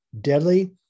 deadly